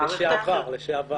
לשעבר.